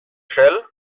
shell